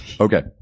Okay